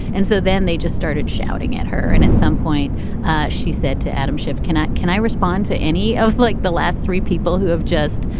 and so then they just started shouting at her. and at some point ah she said to adam schiff, cannot. can i respond to any oth like the last three people who have just,